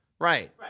Right